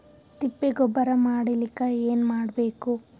ತಿಪ್ಪೆ ಗೊಬ್ಬರ ಮಾಡಲಿಕ ಏನ್ ಮಾಡಬೇಕು?